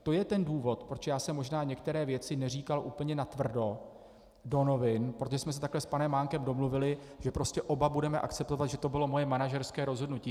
To je ten důvod, proč já jsem možná některé věci neříkal úplně natvrdo do novin, protože jsme se takhle s panem Mánkem domluvili, že prostě oba budeme akceptovat, že to bylo moje manažerské rozhodnutí.